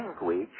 language